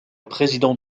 président